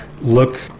look